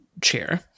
chair